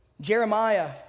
Jeremiah